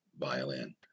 violin